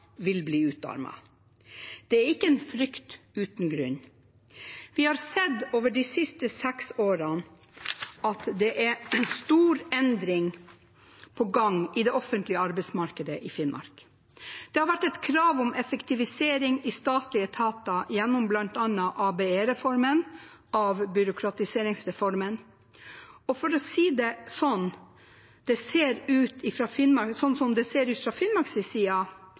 vil bli utarmet. Det er ikke en frykt uten grunn. Vi har sett over de siste seks årene at det er store endringer på gang i det offentlige arbeidsmarkedet i Finnmark. Det har vært et krav om effektivisering i statlige etater gjennom bl.a. ABE-reformen – avbyråkratiseringsreformen. For å si det slik det ser ut fra Finnmarks side: Det